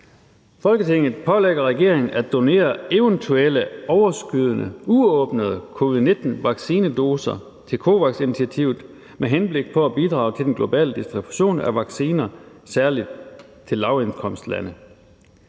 »Folketinget pålægger regeringen at donere eventuelle overskydende uåbnede covid-19-vaccinedoser til COVAX-initiativet med henblik på at bidrage til den globale distribution af vacciner særlig til lavindkomstlande.«